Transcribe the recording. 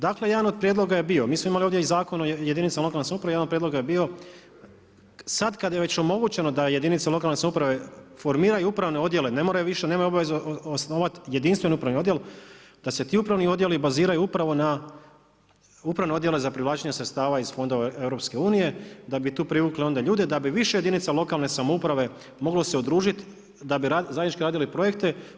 Dakle jedan od prijedloga je bio, mi smo imali ovdje i Zakon o jedinicama lokalne samouprave, jedan od prijedloga je bio sada kada je već omogućeno da jedinica lokalne samouprave formiraju upravne odjele nemaju obavezu osnovati jedinstveni upravni odjel da se ti upravni odjeli baziraju upravo na upravne odjele za privlačenje sredstava iz fondova EU da bi tu onda privukli ljude da bi više jedinica lokalne samouprave moglo se udružiti da bi zajednički radili projekte.